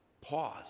pause